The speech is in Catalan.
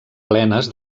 plenes